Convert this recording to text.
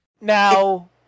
Now